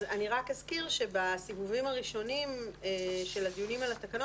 אז אני רק אזכיר שבסיבובים הראשונים של הדיונים על התקנות